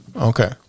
Okay